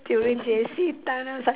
during J_C time then I was like